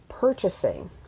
Purchasing